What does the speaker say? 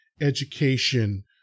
education